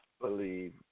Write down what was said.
believe